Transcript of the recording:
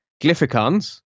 glyphicons